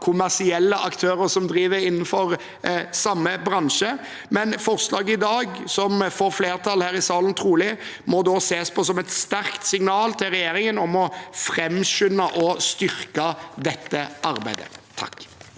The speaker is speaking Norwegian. kommersielle aktører som driver innenfor samme bransje. Forslaget som trolig får flertall her i salen i dag, må ses på som et sterkt signal til regjeringen om å framskynde og styrke dette arbeidet.